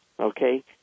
okay